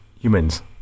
humans